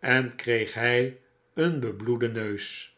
en kreeg hij een bebloeden neus